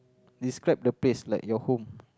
describe the place like your home